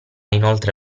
inoltre